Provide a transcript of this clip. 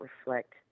reflect